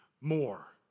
more